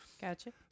Gotcha